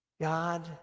God